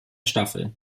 staffel